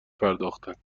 پرداختند